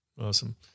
Awesome